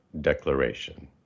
Declaration